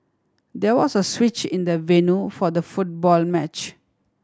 there was a switch in the venue for the football match